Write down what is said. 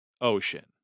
Ocean